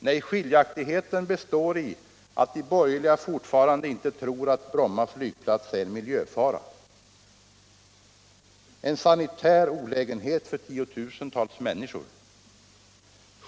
Nej, skiljaktigheten består i att de borgerliga fortfarande inte tror att Bromma flygplats är en miljöfara, en sanitär olägenhet för tiotusentals människor.